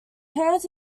herds